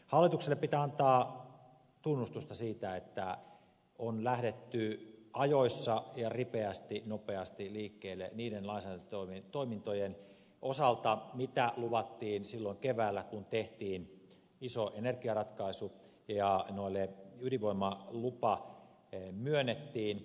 hallitukselle pitää antaa tunnustusta siitä että on lähdetty ajoissa ja ripeästi nopeasti liikkeelle niiden lainsäädäntötoimintojen osalta mitä luvattiin silloin keväällä kun tehtiin iso energiaratkaisu ja ydinvoimaluvat myönnettiin